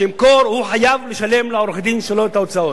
הוא חייב לשלם לעורך-הדין שלו את ההוצאות,